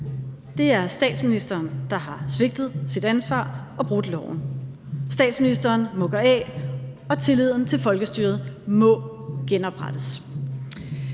Det er statsministeren, der har svigtet sit ansvar og brudt loven. Statsministeren må gå af, og tilliden til folkestyret må genoprettes.